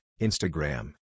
Instagram